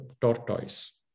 tortoise